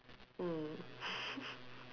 mm